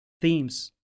themes